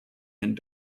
and